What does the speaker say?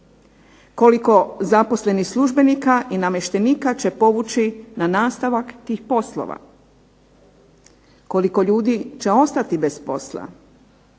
Koliko zaposlenih službenika i namještenika će povući na nastavak tih poslova? Koliko ljudi će ostati bez posla?